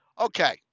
Okay